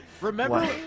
remember